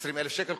20,000 שקל,